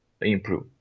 improve